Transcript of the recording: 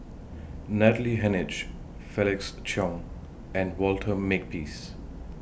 Natalie Hennedige Felix Cheong and Walter Makepeace